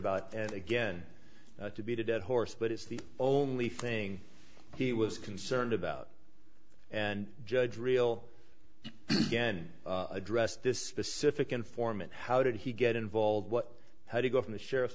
about and again to beat a dead horse but it's the only thing he was concerned about and judge real again addressed this specific informant how did he get involved what how to go from the sheriff's